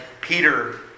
Peter